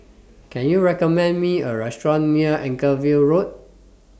Can YOU recommend Me A Restaurant near Anchorvale Road